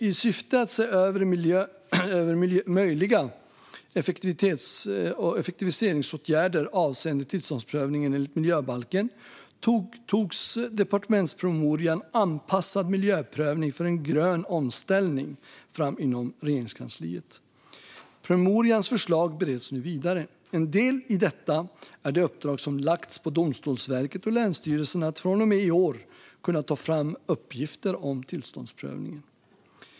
I syfte att se över möjliga effektiviseringsåtgärder avseende tillståndsprövningen enligt miljöbalken togs departementspromemorian Anpassad miljöprövning för en grön omställning fram inom Regeringskansliet. Promemorians förslag bereds nu vidare. En del i detta är det uppdrag som lagts på Domstolsverket och länsstyrelserna att från och med i år kunna ta fram uppgifter om tillståndsprövningen.